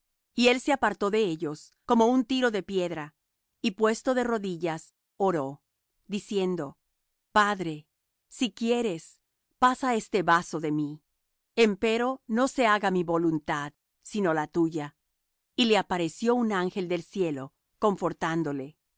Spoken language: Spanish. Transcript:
y él se apartó de ellos como un tiro de piedra y puesto de rodillas oró diciendo padre si quieres pasa este vaso de mí empero no se haga mi voluntad sino la tuya y le apareció un ángel del cielo confortándole